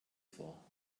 vor